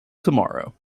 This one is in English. tomorrow